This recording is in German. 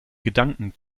gedanken